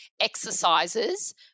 exercises